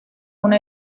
una